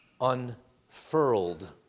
unfurled